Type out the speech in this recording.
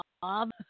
Bob